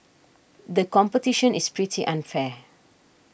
the competition is pretty unfair